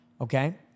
okay